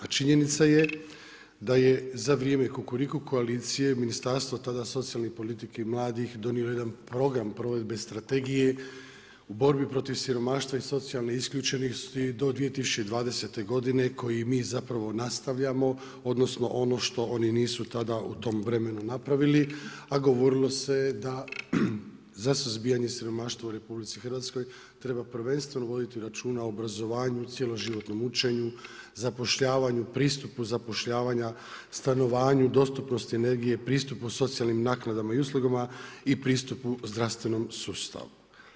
A činjenica je da za vrijeme Kukuriku koalicije ministarstvo tada socijalne politike i mladih donijelo jedan program provedbe Strategije u borbi protiv siromaštva i socijalne isključenosti do 2020. godine koji mi nastavljamo odnosno ono što oni nisu tada u tom vremenu napravili, a govorilo se je da suzbijanje siromaštva u RH treba prvenstveno voditi računa o obrazovanju, cjeloživotnom učenju, zapošljavanja, pristupu zapošljavanja, stanovanju, dostupnosti energije, pristupu socijalnim naknadama i uslugama i pristupu zdravstvenom sustavu.